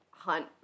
hunt